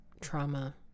trauma